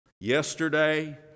Yesterday